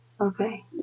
Okay